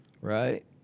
Right